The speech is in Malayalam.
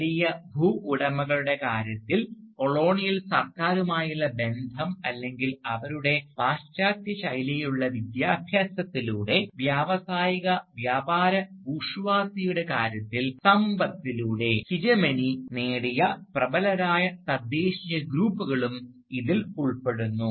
വലിയ ഭൂവുടമകളുടെ കാര്യത്തിൽ കൊളോണിയൽ സർക്കാരുമായുള്ള ബന്ധം അല്ലെങ്കിൽ അവരുടെ പാശ്ചാത്യ ശൈലിയിലുള്ള വിദ്യാഭ്യാസത്തിലൂടെ വ്യാവസായിക വ്യാപാര ബൂർഷ്വാസിയുടെ കാര്യത്തിൽ സമ്പത്തിലൂടെ ഹീജെമനി നേടിയ പ്രബലരായ തദ്ദേശീയ ഗ്രൂപ്പുകളും ഇതിൽ ഉൾപ്പെടുന്നു